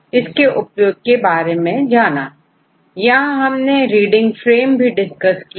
तो हम reveseqका उपयोग यहां कंप्लीमेंट्रिटी और साथ ही साथ प्रोटीन सीक्वेंस इसके पश्चात रीडिंग फ्रेम के बारे में डिस्कस किया